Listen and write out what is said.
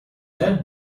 led